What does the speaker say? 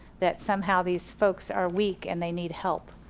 that somehow these folks are weak and they need help.